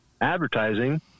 advertising